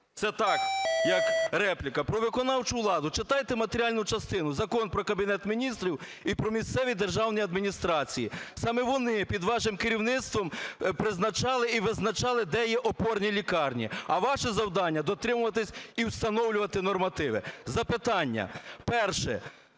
Це так, як репліка. Про виконавчу владу. Читайте матеріальну частину: Закон про Кабінет Міністрів і "Про місцеві державні адміністрації". Саме вони під вашим керівництвом призначали і визначали, де є опорні лікарні. А ваше завдання – дотримуватись і встановлювати нормативи. Запитання перше.